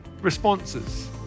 responses